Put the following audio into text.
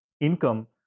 income